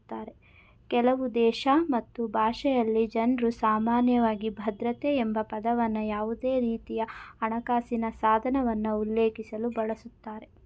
ಕೆಲವುದೇಶ ಮತ್ತು ಭಾಷೆಯಲ್ಲಿ ಜನ್ರುಸಾಮಾನ್ಯವಾಗಿ ಭದ್ರತೆ ಎಂಬಪದವನ್ನ ಯಾವುದೇರೀತಿಯಹಣಕಾಸಿನ ಸಾಧನವನ್ನ ಉಲ್ಲೇಖಿಸಲು ಬಳಸುತ್ತಾರೆ